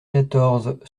quatorze